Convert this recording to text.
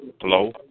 Hello